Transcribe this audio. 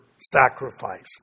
sacrifice